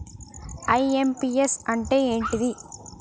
IMPS అంటే ఏంటిది?